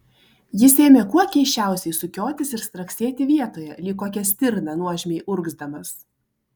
jis ėmė kuo keisčiausiai sukiotis ir straksėti vietoje lyg kokia stirna nuožmiai urgzdamas